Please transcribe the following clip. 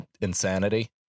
insanity